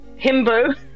himbo